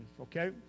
okay